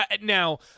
Now